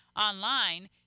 online